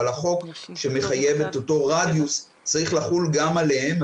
החוק שמחייב את אותו רדיוס צריך לחול גם עליהן.